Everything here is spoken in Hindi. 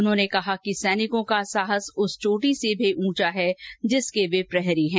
उन्होंने कहा कि सैनिकों का साहस उस चोटी से भी ऊंचा जिसके वे प्रहरी हैं